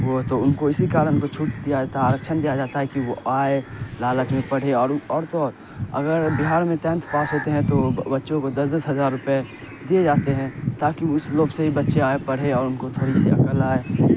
وہ تو ان کو اسی کارن وہ چھوٹ دیا جاتا ہے آرکشن دیا جاتا ہے کہ وہ آئے لالچ میں پڑھے اور اور تو اور اگر بہار میں ٹینتھ پاس ہوتے ہیں تو بچوں کو دس دس ہزار روپئے دیے جاتے ہیں تاکہ اس لوبھ سے بھی بچے آئیں پڑھے اور ان کو تھوڑی سی عقل آئے